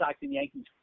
Yankees